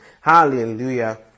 hallelujah